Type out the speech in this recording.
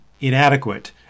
inadequate